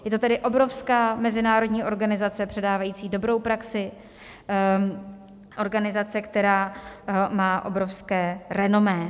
Je to tedy obrovská mezinárodní organizace předávající dobrou praxi, organizace, která má obrovské renomé.